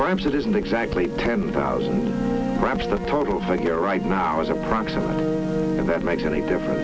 perhaps it isn't exactly ten thousand perhaps the total for here right now is approximately that makes any difference